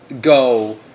go